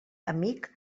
amic